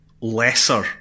lesser